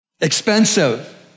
expensive